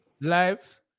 live